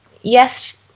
yes